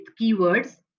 keywords